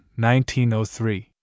1903